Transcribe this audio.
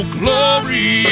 glory